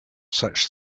such